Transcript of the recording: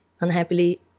Unhappily